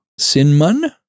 Sinmun